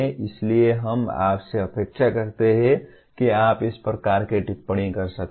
इसलिए हम आपसे अपेक्षा करते हैं कि आप इस प्रकार की टिप्पणी कर सकते हैं